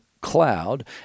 cloud